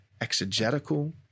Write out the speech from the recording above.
exegetical